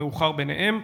המאוחר בהם.